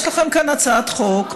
יש לכם כאן הצעת חוק,